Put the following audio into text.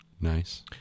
nice